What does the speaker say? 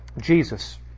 Jesus